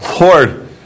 Lord